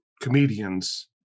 comedians